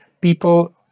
People